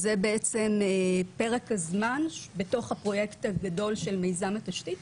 זה פרק הזמן בתוך הפרויקט הגדול של מיזם התשתית,